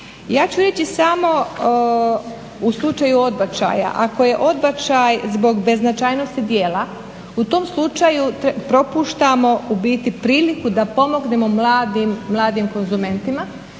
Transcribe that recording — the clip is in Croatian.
Ja ću reći samo u slučaju odbačaja ako je odbačaj zbog beznačajnosti djela u tom slučaju propuštamo u biti priliku da pomognemo mladim konzumentima